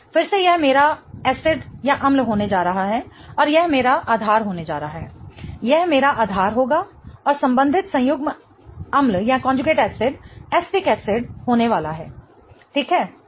फिर से यह मेरा एसिडअम्ल होने जा रहा है यह मेरा आधार होने जा रहा है यह मेरा आधार होगा और संबंधित संयुग्म एसिडअम्ल एसिटिक एसिड अम्ल होने वाला है ठीक है